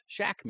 Shackman